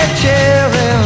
cherry